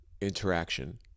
interaction